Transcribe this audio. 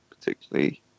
particularly